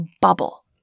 bubble